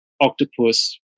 Octopus